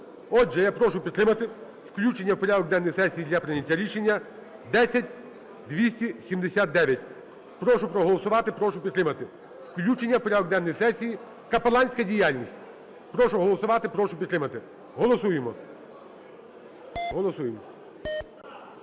Отже, я прошу підтримати включення в порядок денний сесії для прийняття рішення 10279. Прошу проголосувати, прошу підтримати, включення в порядок денний сесії капеланська діяльність. Прошу голосувати, прошу підтримати. Голосуємо. Голосуємо.